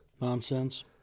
Nonsense